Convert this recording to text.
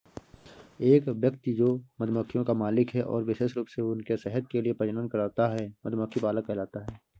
एक व्यक्ति जो मधुमक्खियों का मालिक है और विशेष रूप से उनके शहद के लिए प्रजनन करता है, मधुमक्खी पालक कहलाता है